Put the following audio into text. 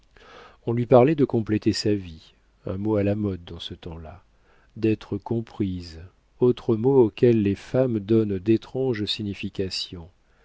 on lui parlait de compléter sa vie un mot à la mode dans ce temps-là d'être comprise autre mot auquel les femmes donnent d'étranges significations